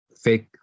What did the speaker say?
fake